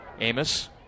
Amos